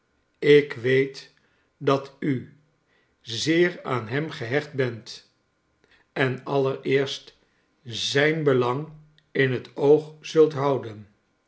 ik weet dat u zeer aan hem gehecht bent en allereerst z ij n belang in het oog zult houden